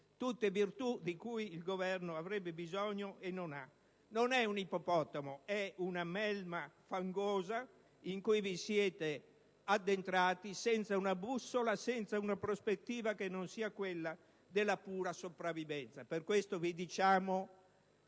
non ha, e di cui avrebbe bisogno. Non è un ippopotamo: è una melma fangosa in cui vi siete addentrati senza una bussola e senza una prospettiva che non sia quella della pura sopravvivenza. Per questo vi diciamo: